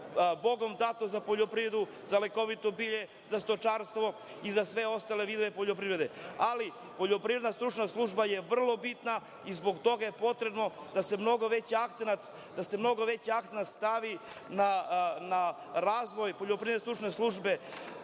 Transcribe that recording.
Bogom dato za poljoprivredu, za lekovito bilje, za stočarstvo i za sve ostale vidove poljoprivrede. Ali, Poljoprivredna stručna služba je vrlo bitna i zbog toga je potrebno da se mnogo veći akcenat stavi na razvoj poljoprivredne stručne službe. Evo,